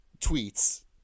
tweets